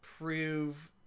prove